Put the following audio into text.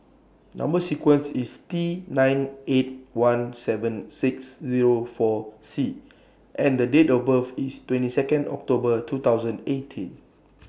Number sequence IS T nine eight one seven six Zero four C and The Date of birth IS twenty Second October two thousand eighteen